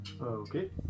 Okay